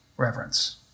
Reverence